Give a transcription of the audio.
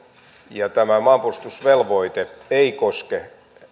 ja jos tämä maanpuolustusvelvoite ei koske